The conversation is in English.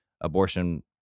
abortion